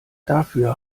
dafür